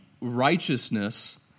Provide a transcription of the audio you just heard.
righteousness